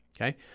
Okay